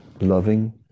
loving